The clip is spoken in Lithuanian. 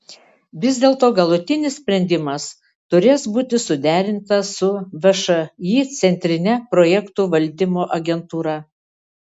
vis dėlto galutinis sprendimas turės būti suderintas su všį centrine projektų valdymo agentūra